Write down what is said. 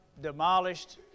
demolished